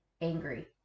angry